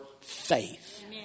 faith